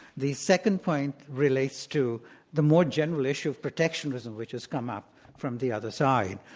the second point relates to the more general issue of protectionism which has come up from the other side.